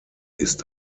ist